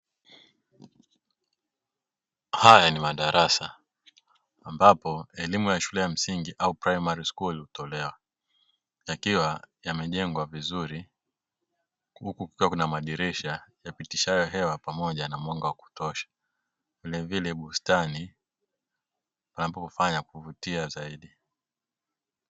Haya ni madarasa ambako elimu ya shule ya msingi au primary school utulewa yakiwa yamejengwa vizuri uku kukiwa kuna madirisha yapitishayo hewa pamoja na mwanga wakutosha vilevile bustani ambapo ufanya kuvutia zaidi.